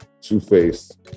Two-Face